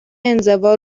انزوا